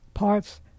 parts